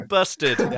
Busted